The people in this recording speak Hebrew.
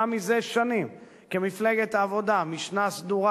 מזה שנים כמפלגת העבודה משנה סדורה,